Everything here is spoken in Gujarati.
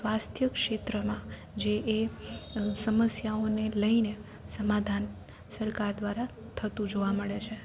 સ્વાસ્થ્ય ક્ષેત્રમાં જે એ સમસ્યાઓને લઈને સમાધાન સરકાર દ્વારા થતું જોવા મળે છે